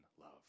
love